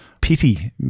pity